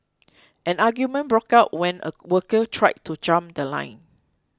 an argument broke out when a worker tried to jump The Line